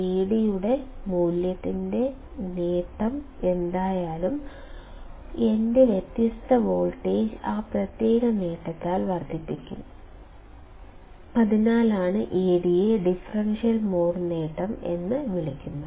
Ad യുടെ മൂല്യത്തിന്റെ നേട്ടം എന്തായാലും എന്റെ വ്യത്യാസ വോൾട്ടേജ് ആ പ്രത്യേക നേട്ടത്താൽ വർദ്ധിപ്പിക്കും അതിനാലാണ് Ad യെ ഡിഫറൻഷ്യൽ മോഡ് നേട്ടം എന്ന് വിളിക്കുന്നത്